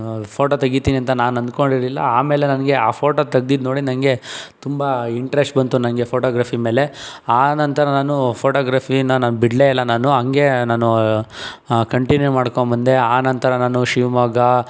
photo ತೆಗೀತಿನಂತ ನಾನು ಅನ್ಕೊಂಡಿರಲಿಲ್ಲ ಆಮೇಲೆ ನನಗೆ ಆ ಫೋಟೋ ತೆಗ್ದಿದ್ದು ನೋಡಿ ನನಗೆ ತುಂಬ ಇಂಟ್ರೆಶ್ಟ್ ಬಂತು ನನಗೆ ಫೊಟೋಗ್ರಫಿ ಮೇಲೆ ಆ ನಂತರ ನಾನು ಫೊಟೋಗ್ರಫಿನ ನಾನು ಬಿಡ್ಲೇ ಇಲ್ಲ ನಾನು ಹಾಗೆ ನಾನು ಕಂಟಿನ್ಯೂ ಮಾಡ್ಕೊಂಡು ಬಂದೆ ಆ ನಂತರ ನಾನು ಶಿವಮೊಗ್ಗ